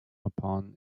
upon